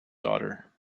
daughter